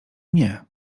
nie